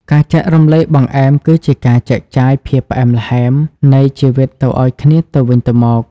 ការចែករំលែកបង្អែមគឺជាការចែកចាយ "ភាពផ្អែមល្ហែម" នៃជីវិតទៅឱ្យគ្នាទៅវិញទៅមក។